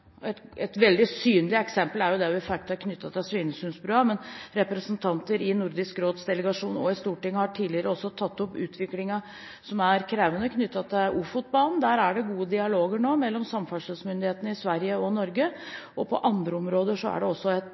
vi fikk til knyttet til Svinesundsbrua, men representanter i Nordisk råds delegasjon og i Stortinget har tidligere også tatt opp utviklingen – som er krevende – knyttet til Ofotbanen. Der er det gode dialoger nå mellom samferdselsmyndighetene i Sverige og Norge, og også på andre områder er det et godt samarbeid mellom de nordiske landenes samferdselsministerier. Det er også